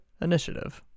initiative